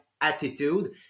attitude